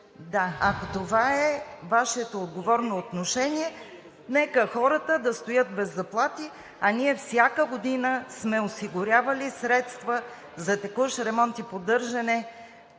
Ако това е Вашето отговорно отношение, нека хората да стоят без заплати, а ние всяка година сме осигурявали средства за текущ ремонт и поддържане